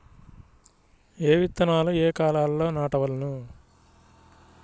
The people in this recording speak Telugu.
ఏ విత్తనాలు ఏ కాలాలలో నాటవలెను?